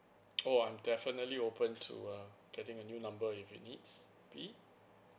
oh I'm definitely open to uh getting a new number if we needs be